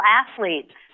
athletes